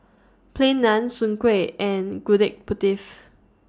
Plain Naan Soon Kueh and Gudeg